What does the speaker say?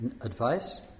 advice